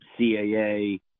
CAA